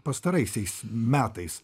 pastaraisiais metais